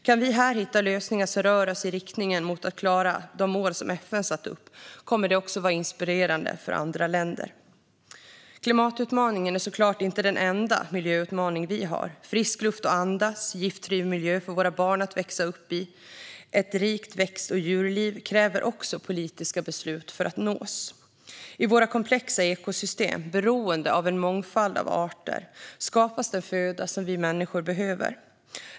Kan vi här hitta lösningar som rör oss i riktning mot att klara de mål som FN satt upp kommer det också att vara inspirerande för andra länder. Klimatutmaningen är såklart inte den enda miljöutmaning vi har. Målen om frisk luft att andas, giftfri miljö för våra barn att växa upp i samt ett rikt växt och djurliv kräver också politiska beslut för att nås. I våra komplexa ekosystem, beroende av en mångfald av arter, skapas den föda vi människor behöver.